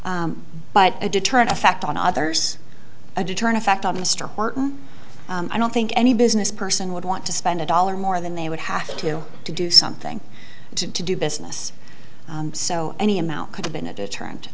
surely but a deterrent effect on others a deterrent effect on mr horton i don't think any business person would want to spend a dollar more than they would have to to do something to do business so any amount could have been a deterrent